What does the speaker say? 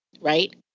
right